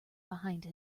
behind